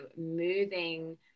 moving